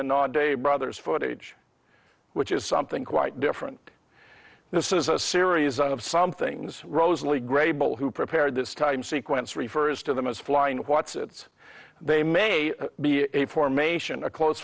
the day brothers footage which is something quite different this is a series of some things rosalie grable who prepared this time sequence refers to them as flying wotsits they may be a formation of close